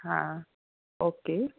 હા ઓકે